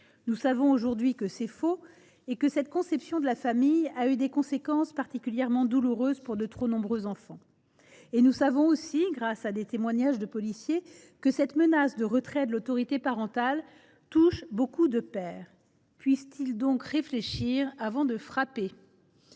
Nous savons aujourd’hui qu’elle est fausse et que cette conception de la famille a emporté des conséquences particulièrement douloureuses pour de trop nombreux enfants. Nous savons également, grâce à des témoignages de policiers, que la menace de retrait de l’autorité parentale touche beaucoup de pères. Puissent ils donc réfléchir avant de frapper !